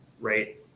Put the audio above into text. right